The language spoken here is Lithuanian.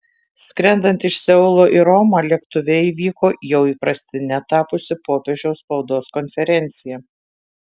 skrendant iš seulo į romą lėktuve įvyko jau įprastine tapusi popiežiaus spaudos konferencija